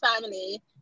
family